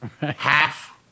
half